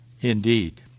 indeed